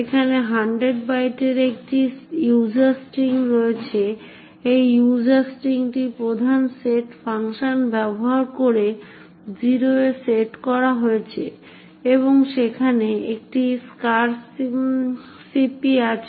এখানে 100 বাইটের একটি user string রয়েছে এবং এই user stringটি প্রধান সেট ফাংশন ব্যবহার করে 0 এ সেট করা হয়েছে এবং সেখানে একটি strcpy আছে